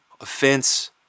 Offense